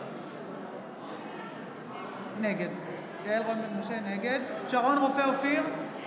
נגד שרון רופא אופיר,